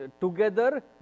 together